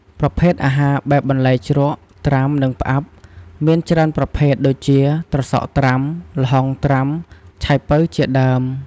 ប្រភេទអាហារបែបបន្លែជ្រក់ ត្រាំ និងផ្អាប់ មានច្រើនប្រភេទដូចជា ត្រសក់ត្រាំ ល្ហុងត្រាំ ឆៃពៅជាដើម។